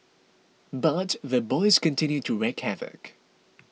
but the boys continued to wreak havoc